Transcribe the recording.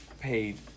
paid